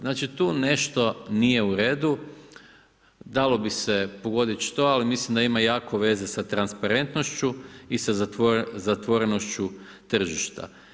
Znači tu nešto nije u redu, dalo bi se pogoditi što ali mislim da ima jako veze sa transparentnošću i sa zatvorenošću tržišta.